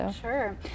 Sure